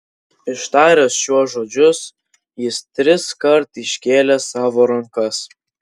ištaręs šiuos žodžius jis triskart iškėlė savo rankas